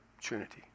Trinity